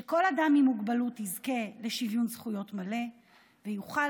שכל אדם עם מוגבלות יזכה לשוויון זכויות מלא ויוכל